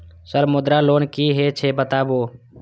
Sir Mudra loan की हे छे बताबू?